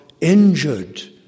injured